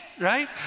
right